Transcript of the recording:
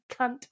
cunt